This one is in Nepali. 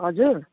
हजुर